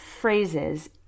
phrases